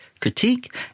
critique